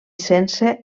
sense